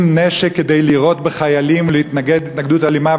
נשק כדי לירות בחיילים ולהתנגד התנגדות אלימה,